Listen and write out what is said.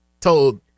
told